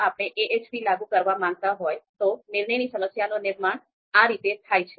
જો આપણે AHP લાગુ કરવા માંગતા હોય તો નિર્ણયની સમસ્યાનું નિર્માણ આ રીતે થાય છે